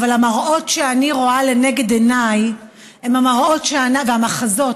אבל המראות שאני רואה לנגד עיניי הם המראות והמחזות